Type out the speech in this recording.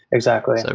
exactly is that